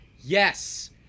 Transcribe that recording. Yes